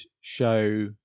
show